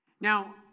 Now